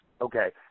Okay